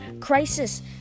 crisis